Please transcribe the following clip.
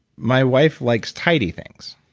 my wife like tidy things,